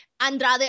Andrade